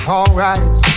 Alright